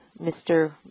Mr